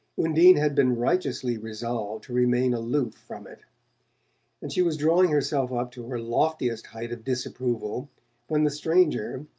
undine had been righteously resolved to remain aloof from it and she was drawing herself up to her loftiest height of disapproval when the stranger,